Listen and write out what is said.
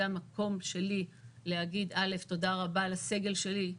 זה המקום שלי להגיד תודה רבה לסגל שלי.